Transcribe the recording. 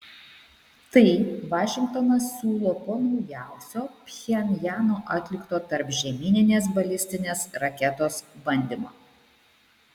tai vašingtonas siūlo po naujausio pchenjano atlikto tarpžemyninės balistinės raketos bandymo